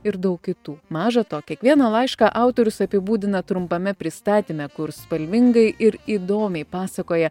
ir daug kitų maža to kiekvieną laišką autorius apibūdina trumpame pristatyme kur spalvingai ir įdomiai pasakoja